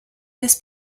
this